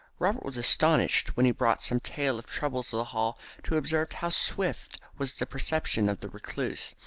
robert was astonished when he brought some tale of trouble to the hall to observe how swift was the perception of the recluse,